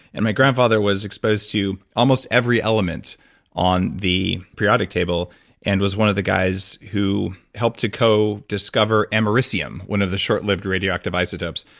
and my grandfather was exposed to almost every element on the periodic table and was one of the guys who helped to co-discover americium, one of the short-lived radioactive isotopes.